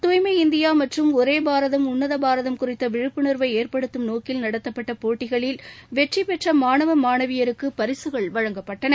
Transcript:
துய்மை இந்தியா மற்றும் ஒரே பாரதம் உன்னத பாரதம் குறித்த விழிப்புணர்வை ஏற்படுத்தும் நோக்கில் நடத்தப்பட்ட போட்டிகளில் வெற்றி பெற்ற மானவ மாணவியருக்கு பரிசுகள் வழங்கப்பட்டன